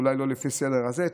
אולי לא לפי הסדר הזה,